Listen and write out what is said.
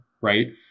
right